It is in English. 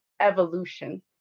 evolution